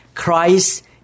Christ